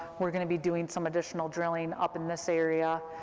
we're going to be doing some additional drilling up in this area,